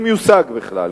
אם יושג בכלל,